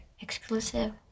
exclusive